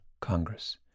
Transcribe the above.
Congress